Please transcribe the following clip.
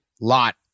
Lot